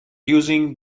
using